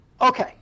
Okay